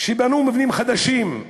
שבנו מבנים חדשים,